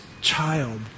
child